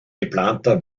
geplanter